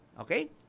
Okay